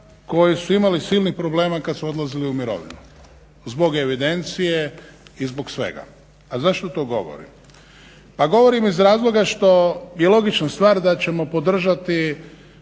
koji su imali silnih problema kad su odlazili u mirovinu zbog evidencije i zbog svega. A zašto to govorim, govorim iz razloga što je logična stvar da ćemo podržati